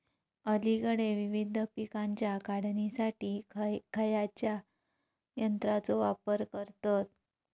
अलीकडे विविध पीकांच्या काढणीसाठी खयाच्या यंत्राचो वापर करतत?